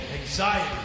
anxiety